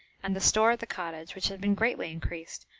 and the store at the cottage, which had been greatly increased,